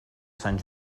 sant